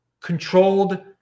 controlled